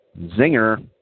Zinger